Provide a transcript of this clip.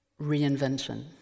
reinvention